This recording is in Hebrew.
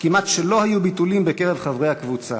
כמעט שלא היו ביטולים בקרב חברי הקבוצה.